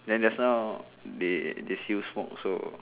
then just now they they see you smoke also